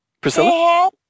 Priscilla